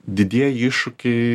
didieji iššūkiai